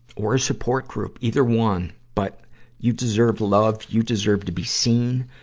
or a support group. either one, but you deserve love, you deserve to be seen.